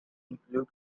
include